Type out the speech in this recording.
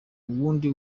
uwundi